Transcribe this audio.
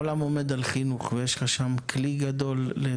אני עוד זוכר שאתה היית ראש מועצה ואני במשרדים ממשלתיים